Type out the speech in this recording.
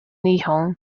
nihon